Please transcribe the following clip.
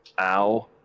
Ow